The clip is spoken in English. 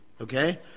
okay